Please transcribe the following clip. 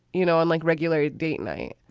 you know, i'm like regular date night.